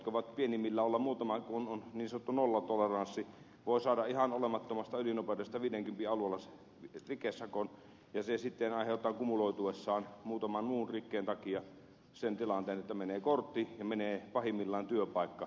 kun on niin sanottu nollatoleranssi voi saada ihan olemattomasta ylinopeudesta viidenkympin alueella rikesakon ja se sitten aiheuttaa kumuloituessaan muutaman muun rikkeen takia sen tilanteen että menee kortti ja menee pahimmillaan työpaikka